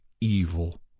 evil